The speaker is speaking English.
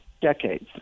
decades